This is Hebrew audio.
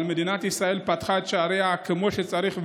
מדינת ישראל פתחה את שעריה כמו שצריך,